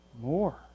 more